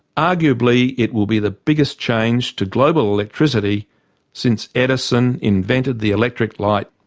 arguably, it will be the biggest change to global electricity since edison invented the electric light.